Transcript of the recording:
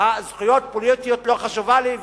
זכויות פוליטיות לא חשובות לי,